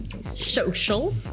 Social